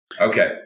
Okay